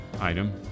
item